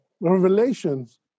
revelations